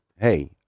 hey